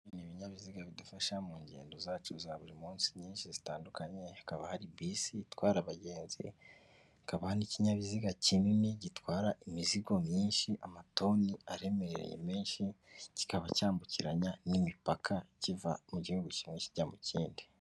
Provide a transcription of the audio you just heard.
Ibi n'ibinyabiziga bidufasha mu ngendo zacu za buri munsi nyinshi zitandukanye hakaba hari bisi itwara abagenzi akaba n'ikinyabiziga kinini gitwara imizigo myinshi amatoni aremereye menshi kikaba cyambukiranya n'imipaka kiva mu gihugu kimwe kijya mu kindi.